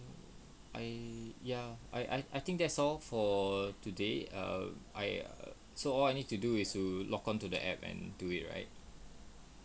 I ya I I I think that's all for today err I so all I need to do is to log on to the app and do it right